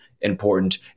important